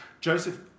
Joseph